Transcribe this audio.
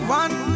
one